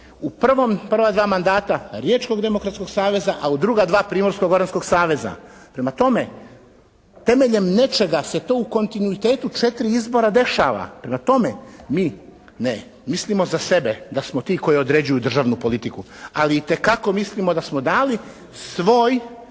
u prvom prva dva mandata Riječkog demokratskog saveza, a u druga dva Primorsko-goranskog saveza. Prema tome, temeljem nečega se tu kontinuitetu 4 izbora dešava. Prema tome, mi ne mislimo za sebe koji određuju državnu politiku. Ali itekako mislimo da smo dali svoj